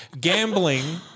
gambling